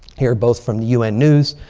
here both from the un news.